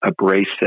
abrasive